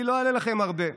אני לא אעלה לכם הרבה.